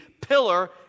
pillar